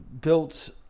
built